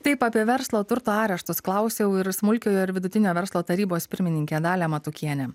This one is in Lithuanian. taip apie verslo turto areštus klausiau ir smulkiojo ir vidutinio verslo tarybos pirmininkę dalią matukienę